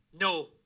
no